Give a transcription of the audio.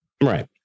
Right